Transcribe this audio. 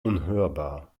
unhörbar